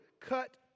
cut